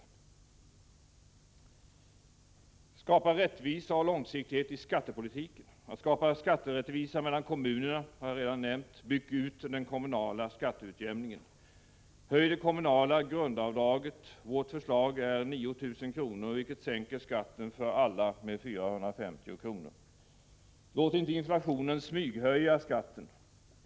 För det tredje gäller det att skapa rättvisa och långsiktighet i skattepolitiken. Oo Skapa skatterättvisa mellan kommunerna — det kravet har jag redan nämnt. Bygg ut den kommunala skatteutjämningen. Oo Höj det kommunala grundavdraget. Vårt förslag är 9 000 kr., vilket sänker skatten för alla med 450 kr. o Låt inte inflationen smyghöja skatten.